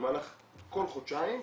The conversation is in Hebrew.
במהלך כל חודשיים עדכון.